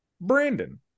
Brandon